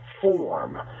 form